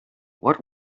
what